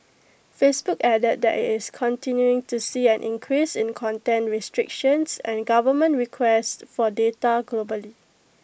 Facebook added that IT is continuing to see an increase in content restrictions and government requests for data globally